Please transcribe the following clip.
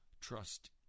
trust